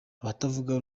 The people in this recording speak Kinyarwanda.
abatavuga